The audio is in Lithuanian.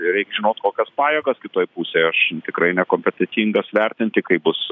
ir reik žinot kokios pajėgos kitoj pusėj aš tikrai nekompetentingas vertinti kaip bus